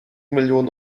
millionen